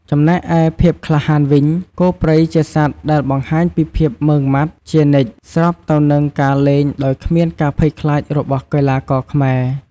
ចំណែកឯភាពក្លាហានវិញ គោព្រៃជាសត្វដែលបង្ហាញពីភាពម៉ឺងម៉ាត់ជានិច្ច ស្របទៅនឹងការលេងដោយគ្មានការភ័យខ្លាចរបស់កីឡាករខ្មែរ។